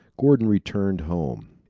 gordon returned home.